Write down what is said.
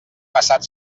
passat